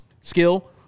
skill